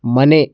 ಮನೆ